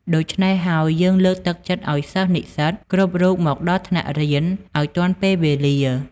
ដូច្នេះហើយ យើងលើកទឹកចិត្តឱ្យសិស្សនិស្សិត គ្រប់រូបមកដល់ថ្នាក់រៀន ឱ្យទាន់ពេលវេលា ។